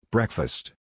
Breakfast